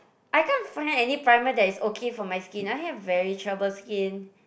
I can't find any primer that is okay for my skin I have very troubled skin